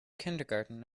kindergarten